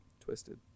twisted